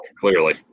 clearly